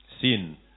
Sin